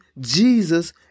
Jesus